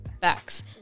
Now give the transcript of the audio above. Facts